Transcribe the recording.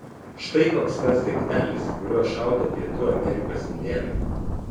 štai koks tas daiktelis kuriuo šaudo pietų amerikos indėnai